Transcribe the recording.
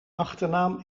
achternaam